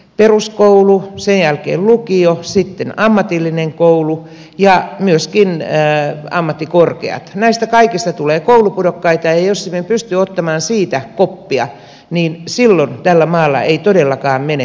peruskoulu sen jälkeen lukio sitten ammatillinen koulu ja myöskin ammattikorkeat näistä kaikista tulee koulupudokkaita ja jos emme pysty ottamaan siitä koppia niin silloin tällä maalla ei todellakaan mene tulevaisuudessa hyvin